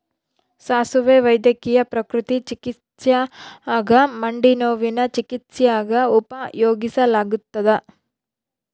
ಸಾಸುವೆ ವೈದ್ಯಕೀಯ ಪ್ರಕೃತಿ ಚಿಕಿತ್ಸ್ಯಾಗ ಮಂಡಿನೋವಿನ ಚಿಕಿತ್ಸ್ಯಾಗ ಉಪಯೋಗಿಸಲಾಗತ್ತದ